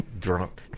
drunk